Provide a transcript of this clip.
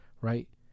Right